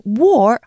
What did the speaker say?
war